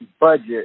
budget